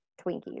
Twinkies